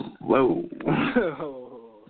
Whoa